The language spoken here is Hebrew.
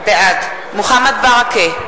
בעד מוחמד ברכה,